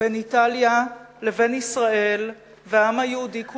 בין איטליה לבין ישראל והעם היהודי כולו,